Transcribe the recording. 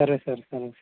సరే సార్ సరే సార్